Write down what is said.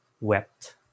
wept